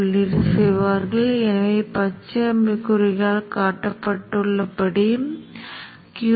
உருவகப்படுத்துதலின் முடிவில் உள்ள IL மற்றும் Vc இன் மதிப்பை இங்கே ஆரம்ப நிலைகளாக எடுக்கலாம் பின்னர் உருவகப்படுத்துதல் மிக வேகமாக இருப்பதைப் பார்க்கலாம்